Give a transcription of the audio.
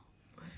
ya lor